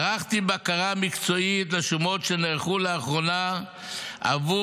ערכתי בקרה מקצועית לשומות שנערכו לאחרונה עבור